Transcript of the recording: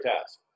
task